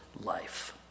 life